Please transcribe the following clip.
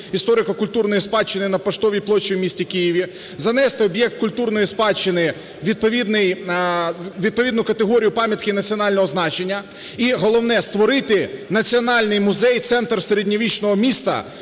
історико-культурної спадщини на Поштовій площі в місті Києві. Занести об'єкт культурної спадщини у відповідну категорію "Пам'ятки національного значення". І головне – створити Національний музей, центр середньовічного міста